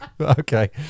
Okay